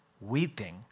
weeping